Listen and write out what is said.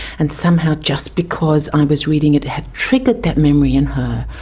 and somehow just because i was reading it, it had triggered that memory in her.